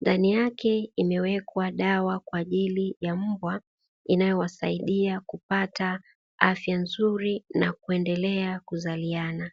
ndani yake imewekwa dawa kwa ajili ya mbwa, inayowasaidia kupata afya nzuri na kuendelea kuzaliana.